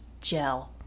gel